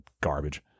garbage